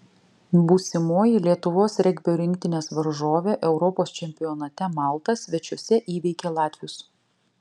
būsimoji lietuvos regbio rinktinės varžovė europos čempionate malta svečiuose įveikė latvius